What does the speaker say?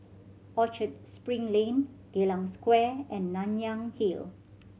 Orchard Spring Lane Geylang Square and Nanyang Hill